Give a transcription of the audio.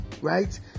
right